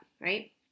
right